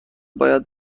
باید